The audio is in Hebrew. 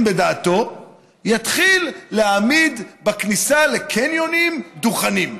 בדעתו יתחיל להעמיד בכניסה לקניונים דוכנים.